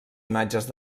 imatges